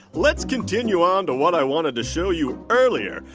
let's continue on to what i wanted to show you earlier.